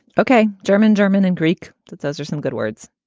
okay. german, german and greek. those are some good words